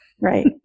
Right